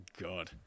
God